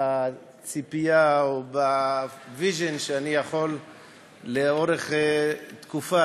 בציפייה או ב-vision שאני יכול לאורך תקופה